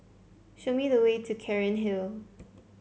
show me the way to Cairnhill